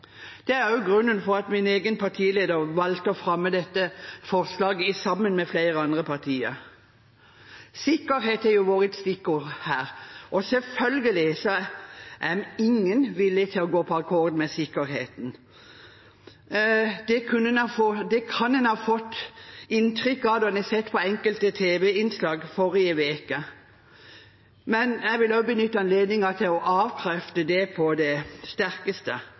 Det er også grunnen til at min egen partileder valgte å fremme dette forslaget sammen med flere andre partier. Sikkerhet har vært et stikkord her. Selvfølgelig er ingen villig til å gå på akkord med sikkerheten. Det kan en ha fått inntrykk av etter å ha sett enkelte tv-innslag forrige uke, men jeg vil benytte anledningen til å avkrefte det på det sterkeste.